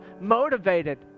motivated